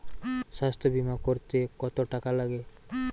স্বাস্থ্যবীমা করতে কত টাকা লাগে?